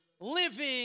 living